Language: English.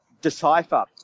decipher